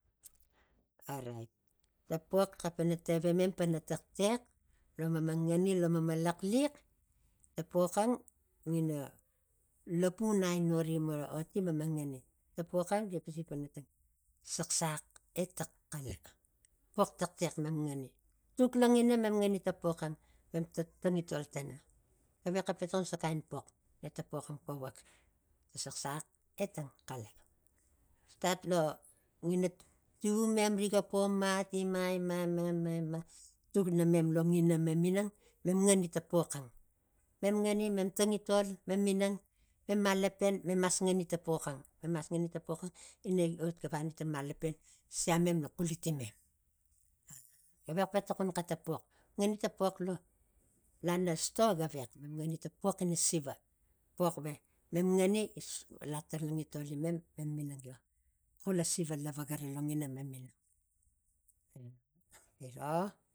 Orait ta pox xalapang tavai mem pana taxtex lo mema nagani lo mema laxliax. ta pox ang ngina lapun aino riga oti mem ngani ta pox ang riga pising pantang saxsax eta xala. Pox taxtex mem ngani tuk longina mem ngani ta pox ang mem ta tangintol tana gavexa tokon sombuxan kain pox ne ta pox ang pavak ta saxsax etang xala. Stat longina tivumem riga po mat ima- ima- ima tuk namem longina memming mem ngani ta poxang. Mem ngani mem tangintol mem minang mem malapen mem mas ngani ta pox ang mem mas ngani to pox ang ina giot gavani tang malapen sia mem lo xuliti mem a- a gavex pe tokon xeta pox ngani ta pox lo lana sto gavex nuk ngani ta pox ina siva pox ve mem ngani ta tangintoli mem- mem minang lo xula siva lava ga ra longina mem minang giro.